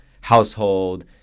household